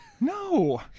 No